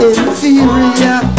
Inferior